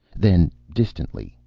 then, distantly,